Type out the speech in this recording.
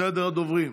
סדר הדוברים: